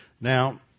Now